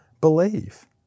believe